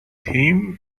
him